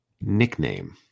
nickname